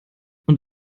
und